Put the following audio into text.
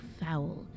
foul